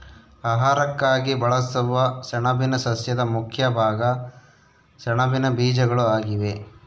ಆಹಾರಕ್ಕಾಗಿ ಬಳಸುವ ಸೆಣಬಿನ ಸಸ್ಯದ ಮುಖ್ಯ ಭಾಗ ಸೆಣಬಿನ ಬೀಜಗಳು ಆಗಿವೆ